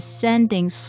descending